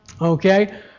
Okay